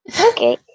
okay